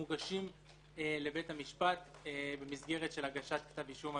מוגשים לבית המשפט במסגרת של הגשת כתב אישום,